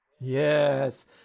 Yes